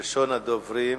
ראשונת הדוברים,